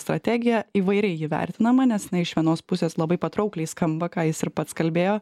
strategiją įvairiai ji vertinama nes iš vienos pusės labai patraukliai skamba ką jis ir pats kalbėjo